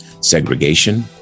Segregation